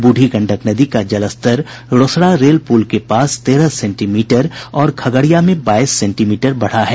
बूढ़ी गंडक नदी का जलस्तर रोसड़ा रेल पुल के पास तेरह सेंटीमीटर और खगड़िया में बाईस सेंटीमीटर बढ़ा है